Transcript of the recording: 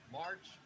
march